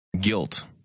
Guilt